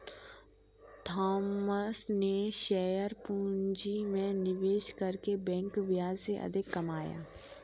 Thomas ने share पूंजी में निवेश करके बैंक ब्याज से अधिक कमाया